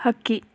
ಹಕ್ಕಿ